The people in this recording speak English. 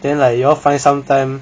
then like you all find some time